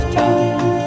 time